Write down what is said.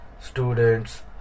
students